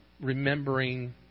remembering